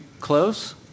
close